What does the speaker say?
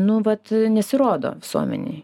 nu vat nesirodo visuomenei